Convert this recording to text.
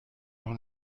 noch